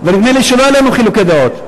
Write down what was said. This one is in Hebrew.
ונדמה לי שלא היו לנו חילוקי דעות.